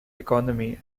economy